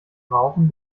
rauchen